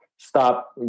stop